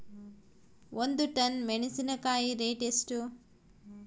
ಒಂದು ಟನ್ ಮೆನೆಸಿನಕಾಯಿ ರೇಟ್ ಎಷ್ಟು?